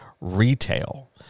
retail